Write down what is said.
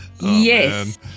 Yes